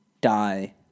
die